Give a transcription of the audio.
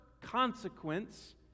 consequence